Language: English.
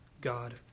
God